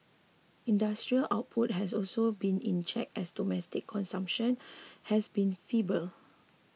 industrial output has also been in check as domestic consumption has been feeble